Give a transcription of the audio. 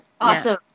awesome